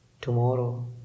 tomorrow